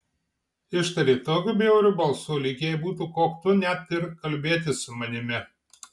ištarė tokiu bjauriu balsu lyg jai būtų koktu net ir kalbėtis su manimi